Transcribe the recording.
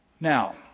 Now